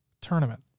tournament